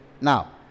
Now